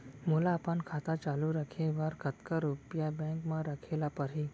मोला अपन खाता चालू रखे बर कतका रुपिया बैंक म रखे ला परही?